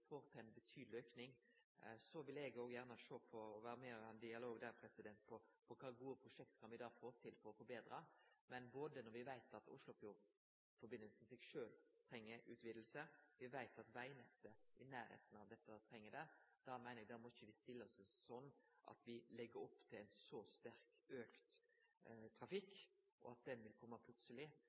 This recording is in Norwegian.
får ein betydeleg auke i trafikken. Så vil eg òg gjerne vere med i ein dialog og sjå på kva for gode prosjekt me kan få til for å forbetre dette. Når me veit at både Oslofjordforbindelsen i seg sjølv treng utviding, og at vegnettet i nærleiken av dette treng det, meiner eg me ikkje må stille oss slik at me legg opp til ein sterkt aukande trafikk, og at han kjem plutseleg.